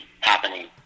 happening